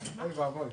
אני לא מבין.